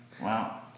Wow